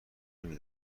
نمی